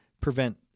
prevent